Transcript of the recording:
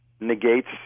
negates